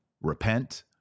repent